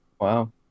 Wow